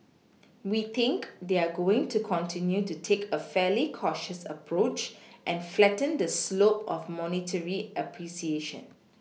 we think they're going to continue to take a fairly cautious approach and flatten the slope of monetary appreciation